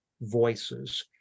voices